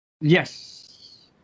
Yes